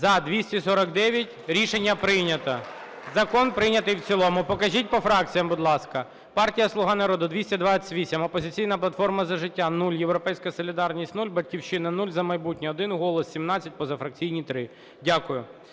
За-249 Рішення прийнято. Закон прийнятий в цілому. Покажіть по фракціям, будь ласка. Партія "Слуга народу" – 228, "Опозиційна платформа – За життя" – 0, "Європейська солідарність" – 0, "Батьківщина" – 0, "За майбутнє" – 1, "Голос" – 17, позафракційні – 3. Дякую.